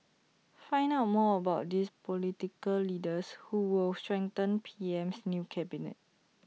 find out more about these political leaders who will strengthen P M's new cabinet